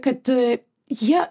kad jie